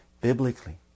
biblically